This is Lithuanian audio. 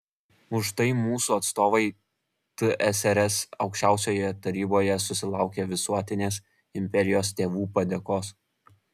už tai mūsų atstovai tsrs aukščiausiojoje taryboje susilaukė visuotinės imperijos tėvų padėkos